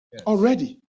already